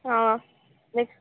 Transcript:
ಹಾಂ ಎಷ್ಟು